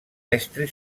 estri